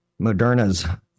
Moderna's